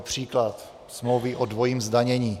Příklad: smlouvy o dvojím zdanění.